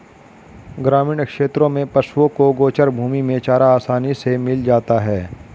ग्रामीण क्षेत्रों में पशुओं को गोचर भूमि में चारा आसानी से मिल जाता है